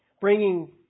Bringing